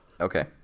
Okay